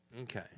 okay